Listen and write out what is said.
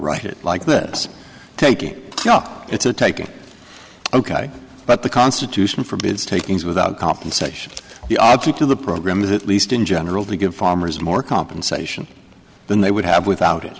write it like this taking it to take it ok but the constitution forbids takings without compensation the object of the program is at least in general to give farmers more compensation than they would have without it